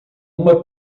uma